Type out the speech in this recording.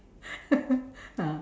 ah